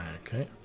Okay